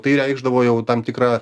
tai reikšdavo jau tam tikrą